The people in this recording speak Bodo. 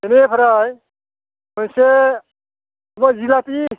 बेनिफ्राय मोनसे जिलाफि